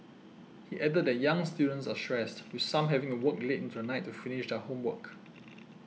he added that young students are stressed with some having to work late into the night to finish their homework